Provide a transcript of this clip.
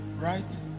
Right